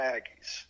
Aggies